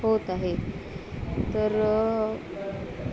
होत आहे तर